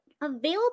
available